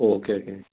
okay okay